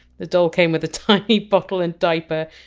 the doll came with a tiny bottle and diaper.